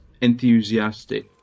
enthusiastic